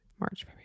March